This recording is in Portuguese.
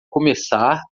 começar